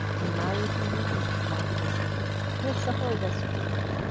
in my opinion, mr. mortimer said he has suffered a stroke.